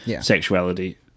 sexuality